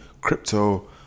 crypto